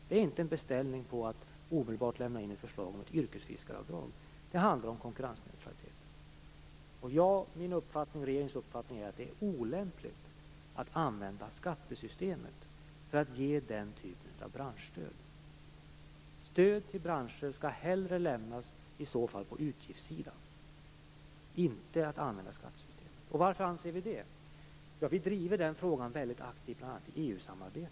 Det är inte en beställning om att omedelbart lämna in ett förslag om ett yrkesfiskaravdrag, utan det handlar om konkurrensneutralitet. Min och regeringens uppfattning är att det är olämpligt att använda skattesystemet för att ge den här typen av branschstöd. Stöd till branscher skall i så fall hellre lämnas på utgiftssidan än via skattesystemet. Och varför anser vi det? Jo, vi driver bl.a. den frågan väldigt aktivt i EU-samarbetet.